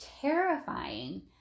terrifying